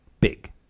Big